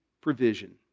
provision